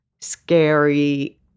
scary